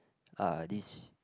uh this